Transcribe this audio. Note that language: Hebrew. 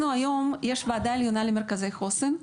יש ועדה עליונה למרכזי חוסן.